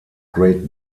great